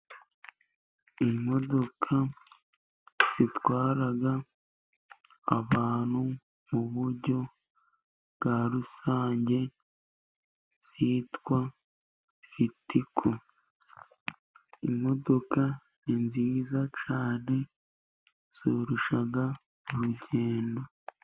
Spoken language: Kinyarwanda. Imodoka zitwara abantu mu buryo bwa rusange zitwa Litiko. Imodoka ni nziza cyane, zoroshya urugendo.